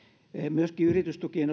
myöskin yritystukien